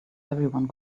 everyone